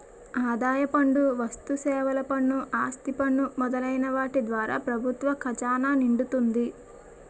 ఆదాయ పన్ను వస్తుసేవల పన్ను ఆస్తి పన్ను మొదలైన వాటి ద్వారా ప్రభుత్వ ఖజానా నిండుతుంది